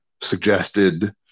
suggested